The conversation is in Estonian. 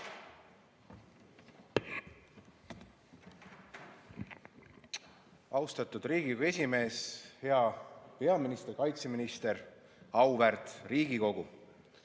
Austatud Riigikogu esimees! Hea peaminister! Kaitseminister! Auväärt Riigikogu!